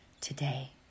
today